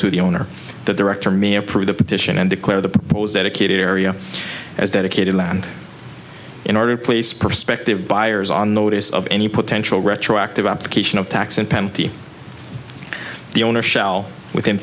to the owner the director may approve the petition and declare the proposed dedicated area as dedicated land in order to place prospective buyers on notice of any potential retroactive application of tax and penalty the owner shall within